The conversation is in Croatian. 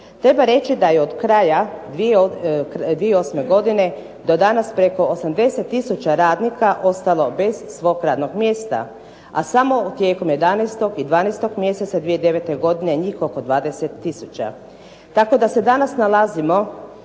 Treba reći da je od kraja 2008. godine do danas preko 80 tisuća radnika ostalo bez svog radnog mjesta, a samo tijekom 11. i 12. mjeseca 2009. godine njih oko 20 tisuća. Tako da se danas nalazimo